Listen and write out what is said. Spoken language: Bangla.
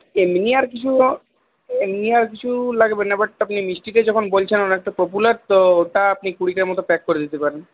এমনি আর কিছু এমনি আর কিছু লাগবে না বাট আপনি মিষ্টিটা যখন বলছেন অনেকটা পপুলার তো তা আপনি কুড়িটা মত প্যাক করে দিতে পারেন